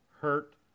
hurt